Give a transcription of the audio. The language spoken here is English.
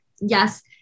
Yes